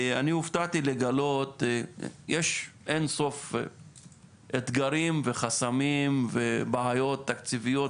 יש אין-סוף אתגרים וחסמים ובעיות תקציביות